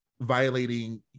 Violating